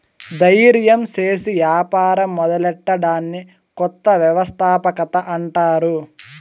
దయిర్యం సేసి యాపారం మొదలెట్టడాన్ని కొత్త వ్యవస్థాపకత అంటారు